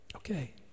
Okay